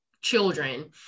children